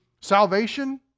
salvation